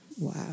Wow